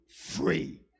free